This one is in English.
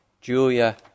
Julia